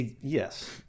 Yes